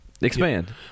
Expand